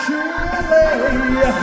Surely